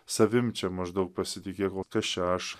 savim čia maždaug pasitikė kas čia aš